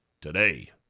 today